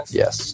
yes